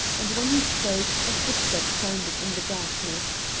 and when he spoke a footstep sounded in the darkness.